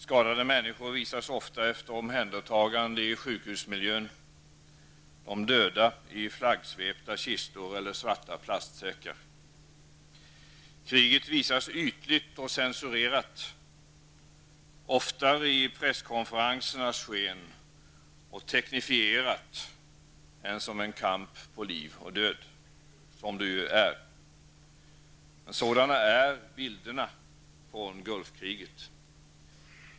Skadade människor visas ofta efter omhändertagande i sjukhusmiljö, och de döda i flaggsvepta kistor eller svarta plastsäckar. Krigets visas ytligt och censurerat, oftare i presskonferensernas sken och teknifierat än som en kamp på liv och död, som det ju är fråga om. Sådana är bilderna från Gulfkriget.